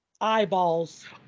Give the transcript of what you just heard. eyeballs